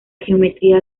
geometría